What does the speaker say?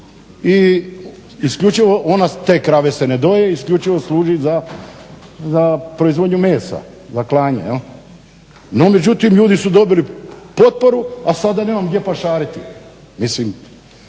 i isključivo ona, te krave se ne doje, isključivo služi za proizvodnju mesa za klanje jel'. No međutim, ljudi su dobili potporu a sada nemaju gdje pašariti.